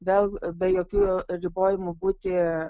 vėl be jokių ribojimų būti